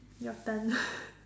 your turn